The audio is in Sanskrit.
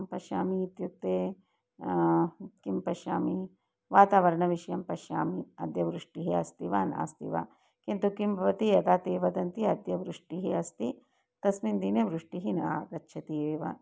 पश्यामि इत्युक्ते किं पश्यामि वातावरणविषये पश्यामि अद्य वृष्टिः अस्ति वा नास्ति वा किन्तु किं भवति यदा ते वदन्ति अद्य वृष्टिः अस्ति तस्मिन् दिने वृष्टिः न आगच्छति एव